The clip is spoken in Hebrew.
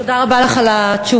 תודה רבה לך על התשובה,